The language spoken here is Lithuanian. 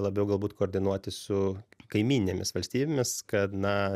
labiau galbūt koordinuoti su kaimyninėmis valstybėmis kad na